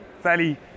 fairly